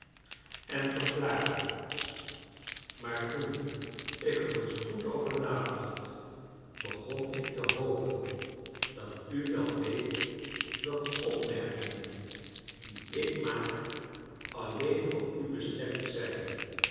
ren maar toen ik er eens goed over nadacht begon ik te hopen dat u wel weet dat opmerkingen die ik maak alleen voor u bestemd zijn